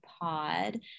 pod